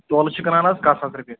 تولہٕ چھِ کٕنان حظ کاہ ساس رۄپیہِ